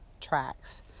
tracks